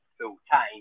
full-time